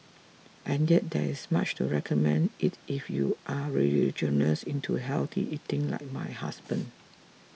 and yet there is much to recommend it if you are religious into healthy eating like my husband